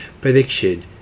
prediction